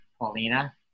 Paulina